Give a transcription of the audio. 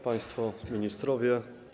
Państwo Ministrowie!